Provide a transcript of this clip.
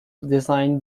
design